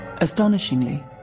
Astonishingly